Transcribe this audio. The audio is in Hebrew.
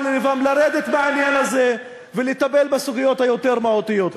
ללבם לרדת מהעניין הזה ולטפל בסוגיות היותר-מהותיות.